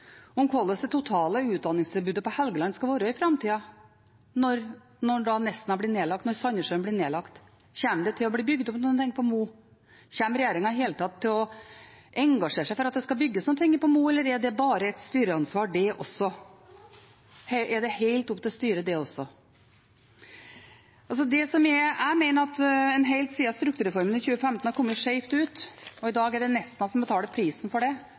om hvordan det totale utdanningstilbudet på Helgeland skal være i framtida når Nesna blir nedlagt, når Sandnessjøen blir nedlagt. Kommer det til å bli bygd opp noe på Mo? Kommer regjeringen i det hele tatt til å engasjere seg for at det skal bygges noe på Mo, eller er det bare et styreansvar, det også? Er det helt opp til styret, det også? Jeg mener at en helt siden strukturreformen i 2015 har kommet skjevt ut. I dag er det Nesna som betaler prisen for det,